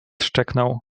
szczeknął